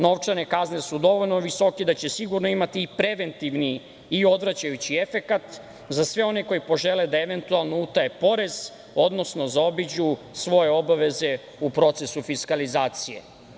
Novčane kazne su dovoljno visoke da će sigurno imati i preventivni i odvraćajući efekat za sve one koji požele da eventualno utaje porez, odnosno zaobiđu svoje obaveze u procesu fiskalizacije.